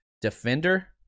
defender